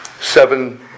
seven